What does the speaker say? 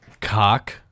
Cock